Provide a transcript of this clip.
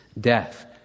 Death